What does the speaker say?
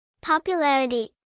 Popularity